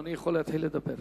אדוני יכול להתחיל לדבר.